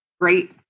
great